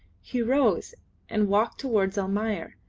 he rose and walked towards almayer,